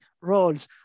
roles